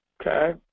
Okay